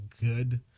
good